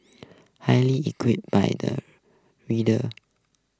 highly equip by the readers